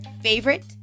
favorite